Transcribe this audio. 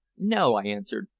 no, i answered.